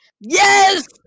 Yes